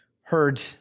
heard